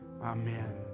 amen